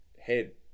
head